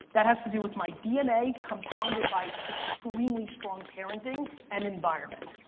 that has to do with my dna, compounded by extremely strong parenting and environment,